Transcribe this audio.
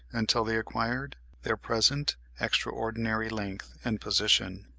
until they acquired their present extraordinary length and position.